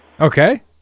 Okay